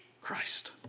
Christ